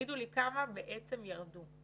תגידו לי כמה בעצם ירדו.